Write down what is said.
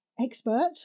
expert